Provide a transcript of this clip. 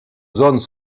zones